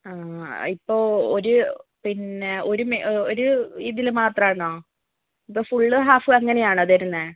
ആ ഇപ്പോൾ ഒരു പിന്നെ ഒരു ഒരു ഇതിൽ മാത്രമാണോ അതോ ഫുൾ ഹാഫ് അങ്ങനെ ആണോ തരുന്നത്